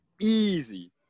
easy